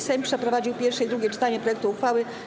Sejm przeprowadził pierwsze i drugie czytanie projektu uchwały.